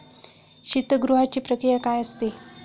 शीतगृहाची प्रक्रिया काय असते?